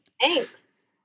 Thanks